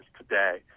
today